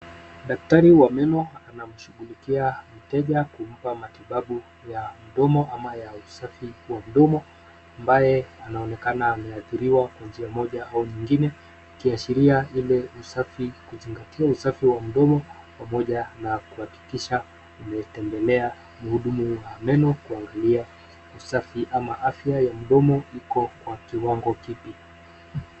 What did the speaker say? daktari wa meno anamshungulikia mteja kumpa matibabu ya mdomo au ya usafi wa mdomo ambaye anonekana ameadhirwa kwa njia moja au nyingine kiashiria ule usafi kujingatia usafi wa mdomo na kuakikisha umetembelea mhudumu wa meno kuangalia usafi ama afya ya mdomo iko kwa kiwango kipi.